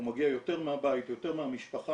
הוא מגיע יותר מהבית, יותר מהמשפחה.